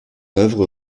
œuvre